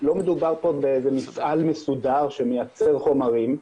לא מדובר פה במפעל מסודר שמייצר חומרים.